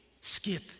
skip